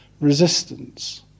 resistance